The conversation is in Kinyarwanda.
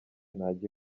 najya